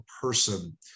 person